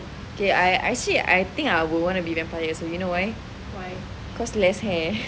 okay actually I want to be vampire also you know why cause less hair